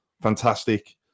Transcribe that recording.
Fantastic